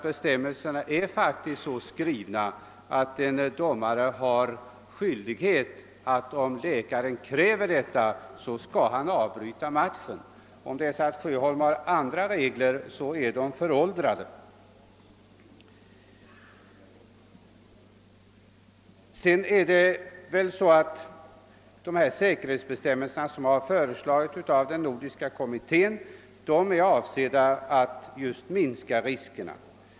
Bestämmelserna är nämligen så skrivna att en domare har skyldighet att avbryta matchen, om läkaren kräver det. Tror herr Sjöholm något annat, måste han ha läst föråldrade regler. De säkerhetsbestämmelser som har föreslagits av den nordiska kommittén är just avsedda att minska riskerna.